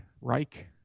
Reich